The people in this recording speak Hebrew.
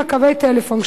בקווי טלפון,